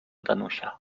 danusia